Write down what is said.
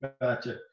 Gotcha